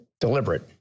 deliberate